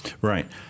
Right